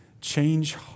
change